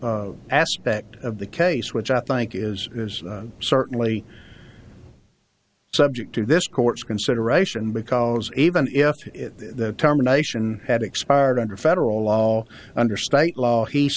aspect of the case which i think is is certainly subject to this court's consideration because even if the terminations had expired under federal law under state law he